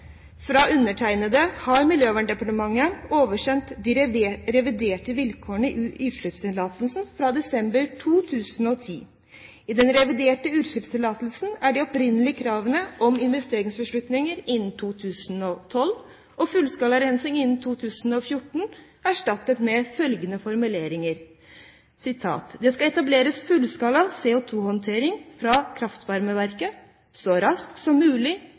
fra undertegnede har Miljøverndepartementet oversendt de reviderte vilkårene i utslippstillatelsen fra desember 2010. I den reviderte utslippstillatelsen er de opprinnelige kravene om investeringsbeslutning innen 2012 og fullskala rensing innen 2014 erstattet med følgende formulering: «Det skal etableres fullskala CO2-håndtering fra kraftvarmeverket så raskt som mulig